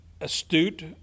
astute